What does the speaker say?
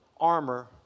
armor